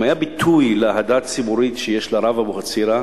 אם היה ביטוי לאהדה הציבורית שיש אל הרב אבוחצירא,